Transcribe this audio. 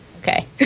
Okay